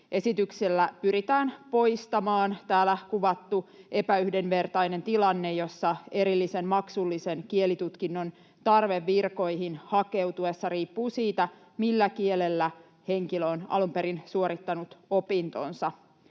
Esityksellä pyritään poistamaan täällä kuvattu epäyhdenvertainen tilanne, jossa erillisen maksullisen kielitutkinnon tarve virkoihin hakeutuessa riippuu siitä, millä kielellä henkilö on alun perin suorittanut opintonsa.